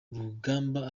rugamba